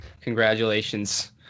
Congratulations